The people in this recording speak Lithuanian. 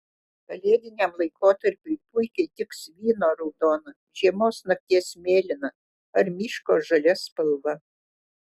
kalėdiniam laikotarpiui puikiai tiks vyno raudona žiemos nakties mėlyna ar miško žalia spalva